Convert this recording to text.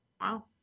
Wow